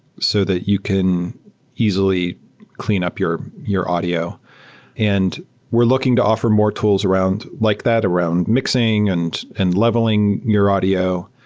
so that you can easily clean up your your audio and we're looking to offer more tools around like that, around mixing and and leveling your audio,